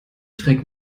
trägt